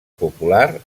popular